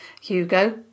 Hugo